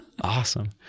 Awesome